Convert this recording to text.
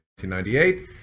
1998